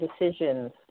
decisions